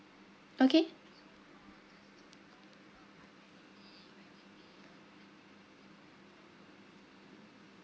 okay